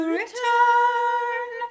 return